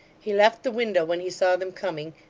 he left the window when he saw them coming,